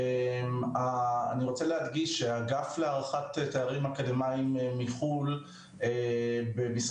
אני מבקש להבהיר שהאגף להערכת תארים אקדמיים מחו"ל במשרד